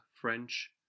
French